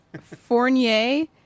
Fournier